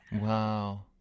Wow